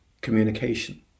communication